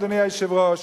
אדוני היושב-ראש,